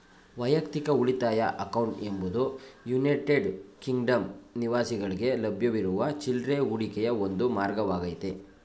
ವೈಯಕ್ತಿಕ ಉಳಿತಾಯ ಅಕೌಂಟ್ ಎಂಬುದು ಯುನೈಟೆಡ್ ಕಿಂಗ್ಡಮ್ ನಿವಾಸಿಗಳ್ಗೆ ಲಭ್ಯವಿರುವ ಚಿಲ್ರೆ ಹೂಡಿಕೆಯ ಒಂದು ಮಾರ್ಗವಾಗೈತೆ